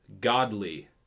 godly